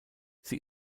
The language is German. sie